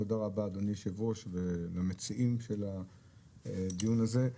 תודה רבה ליושב-ראש ולמציעים של הדיון הזה.